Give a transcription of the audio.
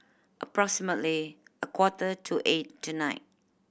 approximately a quarter to eight tonight